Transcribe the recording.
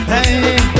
Hey